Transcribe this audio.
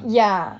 ya